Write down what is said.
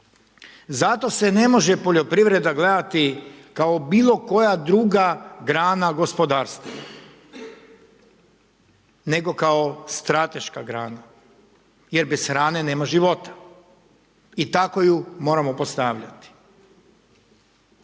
Zato se ne može poljoprivreda gledati kao bilo koja druga grana gospodarstva, nego kao strateška grana, jer bez hrane nema života i tako ju moramo postavljati.